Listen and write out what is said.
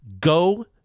Go